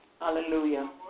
Hallelujah